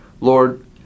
Lord